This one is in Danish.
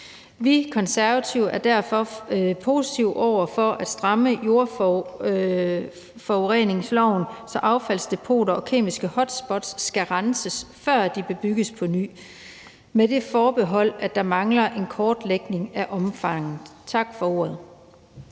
Vi Konservative er derfor positive over for at stramme jordforureningsloven, så affaldsdepoter og kemiske hotspot skal renses, før de bebygges på ny, med det forbehold, at der mangler en kortlægning af omfanget. Tak for ordet.